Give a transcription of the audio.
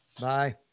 Bye